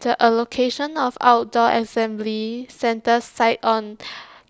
the allocation of outdoor assembly centre sites on